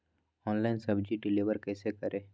Online सब्जी deliver कैसे करें?